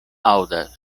aŭdas